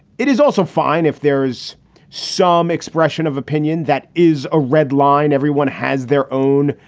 it is also fine if there is some expression of opinion that is a red line. everyone has their own.